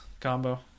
combo